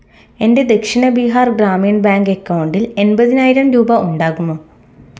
എൻ്റെ ദക്ഷിണ ബിഹാർ ഗ്രാമീൺ ബാങ്ക് അക്കൗണ്ടിൽ എൺപതിനായിരം രൂപ ഉണ്ടാകുമോ